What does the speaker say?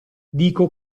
dico